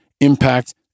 impact